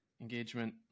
engagement